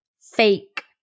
fake